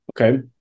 Okay